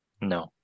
no